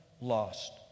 lost